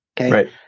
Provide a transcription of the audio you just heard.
Okay